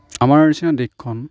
আমাৰ নিচিনা দেশখন